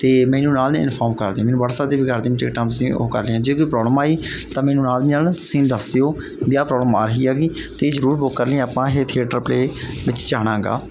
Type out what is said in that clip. ਅਤੇ ਮੈਨੂੰ ਨਾਲ ਹੀ ਇਨਫੋਮ ਕਰ ਦੀ ਮੈਨੂੰ ਵਟਸਐਪ 'ਤੇ ਵੀ ਕਰਦੀ ਟਿਕਟਾਂ ਤੁਸੀਂ ਉਹ ਕਰ ਲਈਆਂ ਜੇ ਕੋਈ ਪ੍ਰੋਬਲਮ ਆਈ ਤਾਂ ਮੈਨੂੰ ਨਾਲ ਦੀ ਨਾਲ ਤੁਸੀਂ ਦੱਸ ਦਿਓ ਵੀ ਆਹ ਪ੍ਰੋਬਲਮ ਆ ਰਹੀ ਆਗੀ ਅਤੇ ਜਰੂਰ ਬੁੱਕ ਕਰਨੀ ਆਪਾਂ ਇਹ ਥੀਏਟਰ ਪਲੇਅ ਵਿੱਚ ਜਾਣਾ ਗਾ